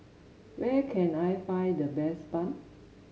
where can I find the best bun